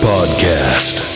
Podcast